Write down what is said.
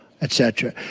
etc.